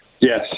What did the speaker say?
Yes